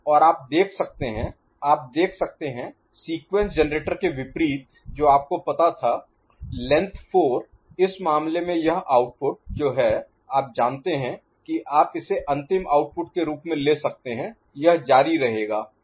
और आप देख सकते हैं आप देख सकते हैं सीक्वेंस जनरेटर के विपरीत जो आपको पता था लेंथ 4 इस मामले में यह आउटपुट जो है आप जानते हैं कि आप इसे अंतिम आउटपुट के रूप में ले सकते हैं यह जारी रहेगा लेंथ 15 तक